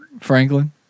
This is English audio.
Franklin